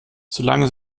solange